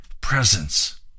presence